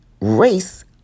race